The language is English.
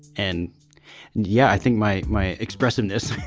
and yeah i think my my expressiveness